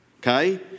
Okay